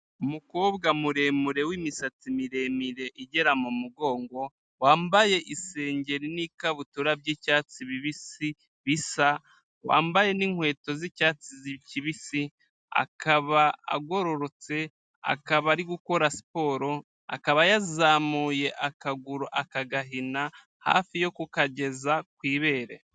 Umukobwa muremure w'imisatsi miremire igera mu mugongo wambaye isengeri n'ikabutura by'icyatsi bibisi bisa, wambaye n'inkweto z'icyatsi kibisi akaba agororotse akaba ari gukora siporo, akaba yazamuye akaguru akagahina hafi yo kukageza ku ibere.